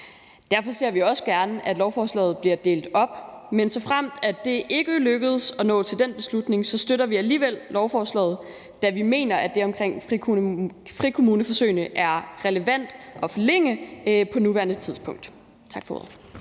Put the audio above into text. Derfor ser vi også gerne, at lovforslaget bliver delt op, men såfremt det ikke lykkes at nå til den beslutning, støtter vi alligevel lovforslaget, da vi mener, at det omkring frikommuneforsøgene er relevant at forlænge på nuværende tidspunkt. Tak for ordet.